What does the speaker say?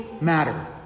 matter